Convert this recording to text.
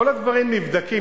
כל הדברים נבדקים.